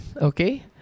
okay